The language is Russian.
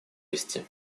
вести